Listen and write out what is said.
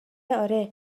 اره